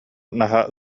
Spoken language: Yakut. наһаа